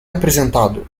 apresentado